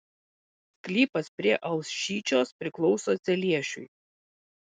sklypas prie alšyčios priklauso celiešiui